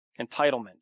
entitlement